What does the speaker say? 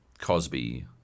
cosby